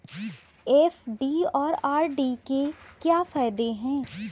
FD और RD के क्या फायदे हैं?